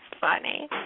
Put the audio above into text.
funny